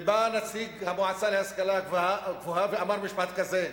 ובא נציג המועצה להשכלה גבוהה ואמר משפט כזה: